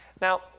now